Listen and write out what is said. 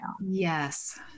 Yes